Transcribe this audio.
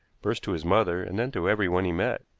first to his mother and then to everyone he met.